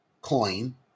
coin